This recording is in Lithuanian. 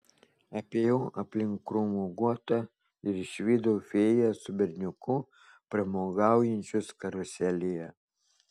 apėjau aplink krūmų guotą ir išvydau fėją su berniuku pramogaujančius karuselėje